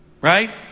Right